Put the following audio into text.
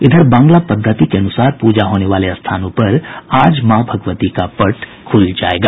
इधर बांगला पद्धति के अनुसार पूजा होने वाले स्थानों पर आज मां भगवती का पट खुल जायेगा